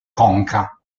conca